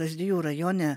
lazdijų rajone